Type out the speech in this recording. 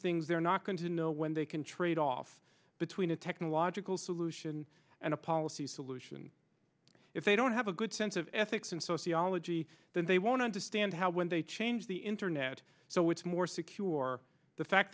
things they're not going to know when they can trade off between a technological solution and a policy solution if they don't have a good sense of ethics and sociology then they won't understand how when they change the internet so it's more secure or the fact